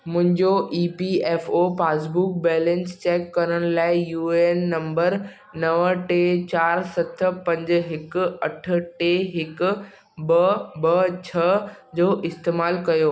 मुंहिंजो E P F O passbook balance check करण लाइ यू ए एन नंबर नव टे चारि सत पंज हिकु अठ टे हिकु ॿ ॿ छह जो इस्तेमालु कयो